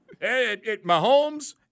Mahomes